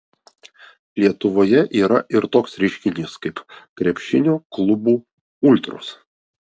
lietuvoje yra ir toks reiškinys kaip krepšinio klubų ultros